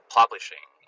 publishing